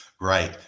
right